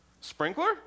sprinkler